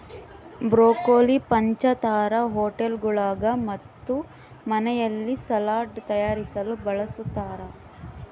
broccoli ಪಂಚತಾರಾ ಹೋಟೆಳ್ಗುಳಾಗ ಮತ್ತು ಮನೆಯಲ್ಲಿ ಸಲಾಡ್ ತಯಾರಿಸಲು ಬಳಸತಾರ